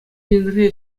енре